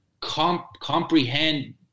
comprehend